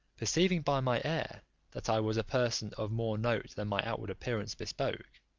perceiving by my air that i was a person of more note than my outward appearance bespoke,